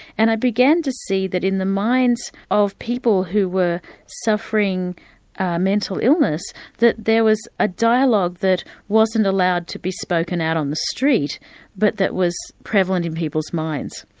and i began to see that in the minds of people who were suffering a mental illness that there was a dialogue that wasn't allowed to be spoken out on the street but that was prevalent in people's minds.